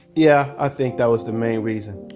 yeah. i think that was the main reason.